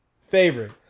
Favorite